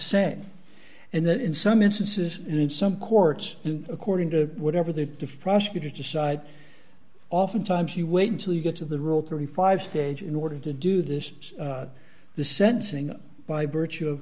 same and that in some instances and in some courts and according to whatever the prosecutor decides oftentimes you wait until you get to the rule thirty five dollars stage in order to do this the sensing by virtue of